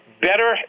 better